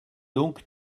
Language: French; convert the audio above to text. donc